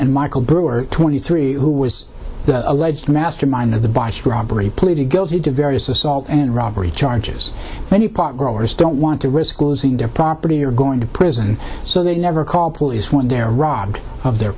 and michael brewer twenty three who was the alleged mastermind of the botched robbery pleaded guilty to various assault and robbery charges when you park growers don't want to risk losing their property or going to prison so they never call police when there rog of their